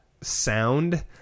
sound